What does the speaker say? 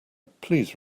please